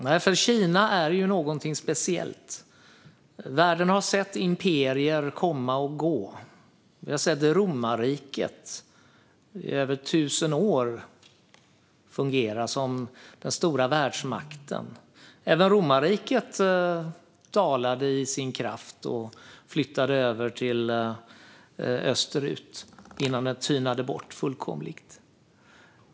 Fru talman! Kina är ju någonting speciellt. Världen har sett imperier komma och gå. Vi har sett romarriket i över 1 000 år fungera som den stora världsmakten. Även romarriket dalade i sin kraft och flyttade österut innan det tynade bort fullkomligt.